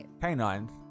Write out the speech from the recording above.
Canines